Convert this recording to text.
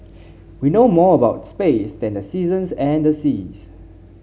we know more about space than the seasons and the seas